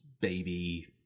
baby